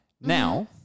Now